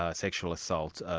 ah sexual assault,